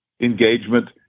engagement